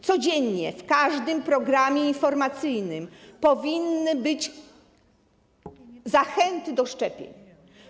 Codziennie w każdym programie informacyjnym powinny być zachęty do szczepień.